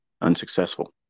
unsuccessful